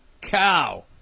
cow